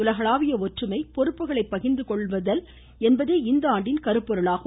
உலகளாவிய ஒற்றுமை பொறுப்புகளை பகிர்ந்து கொள்ளுதல் என்பதே இந்தாண்டின் கருப்பொருளாகும்